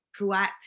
proactive